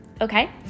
Okay